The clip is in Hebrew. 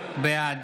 בעד